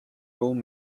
old